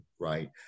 right